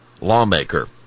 lawmaker